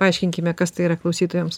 paaiškinkime kas tai yra klausytojams